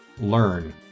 learn